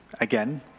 again